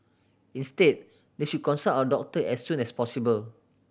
instead they should consult a doctor as soon as possible